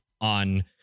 on